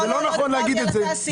זה לא נכון להגיד את זה.